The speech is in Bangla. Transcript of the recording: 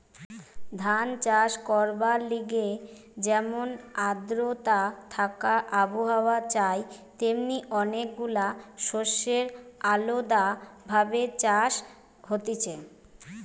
ধান চাষ করবার লিগে যেমন আদ্রতা থাকা আবহাওয়া চাই তেমনি অনেক গুলা শস্যের আলদা ভাবে চাষ হতিছে